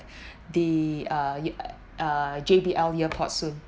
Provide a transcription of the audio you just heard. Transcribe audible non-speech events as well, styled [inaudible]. [breath] the uh ea~ uh J_B_L earpod soon